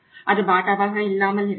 அது பாட்டாவாக இல்லாமல் இருக்கலாம்